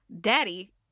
Daddy